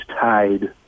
tied